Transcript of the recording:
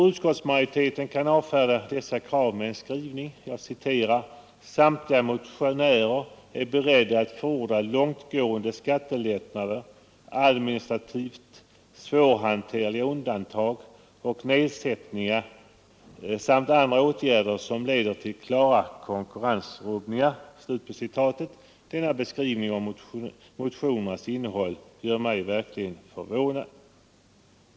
Utskottsmajoriteten avfärdar dessa krav med att ”samtliga motionärer är beredda att förorda långtgående skattelättnader, administrativt svårhanterliga undantag och nedsättningar samt andra åtgärder, som leder till klara konkurrensrubbningar”. Denna beskrivning av motionernas innehåll gör mig verkligen förvånad.